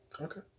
Okay